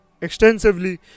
extensively